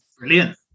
brilliant